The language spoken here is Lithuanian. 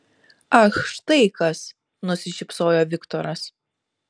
ach štai kas nusišypsojo viktoras